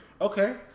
Okay